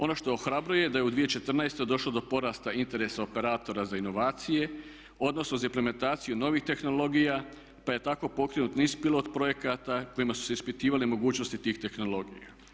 Ono što ohrabruje da je u 2014.došlo do porasta interesa operatora za inovacije, odnosno za implementaciju novih tehnologija pa je tako pokrenut niz pilot projekata kojima su se ispitivale mogućnosti tih tehnologija.